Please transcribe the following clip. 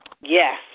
Yes